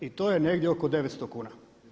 I to je negdje oko 900 kuna.